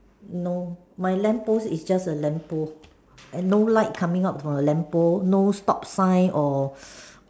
no my lamp post is just a lamp post and no light coming out of the lamp post no stop sign or